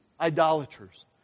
idolaters